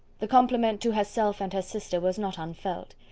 the compliment to herself and her sister was not unfelt.